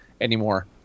anymore